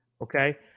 Okay